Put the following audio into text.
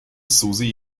susi